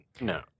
No